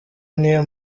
niyo